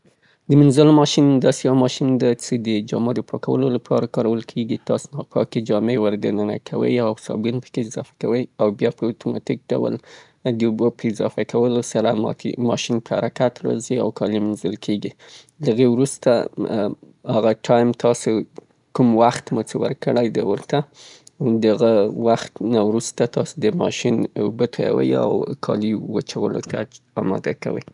د مینځلو ماشین د کور یوه وسیله ده چه جامې پاکیي، تاسې کولای د دې دننه صابون سره د اوبه اضافه کړئ، جامې د حرکت یا خوڅولو په واسطه باندې مینځي او د منیځلو پروسه یې اسانه کړې او ډیر موثر کار کیی.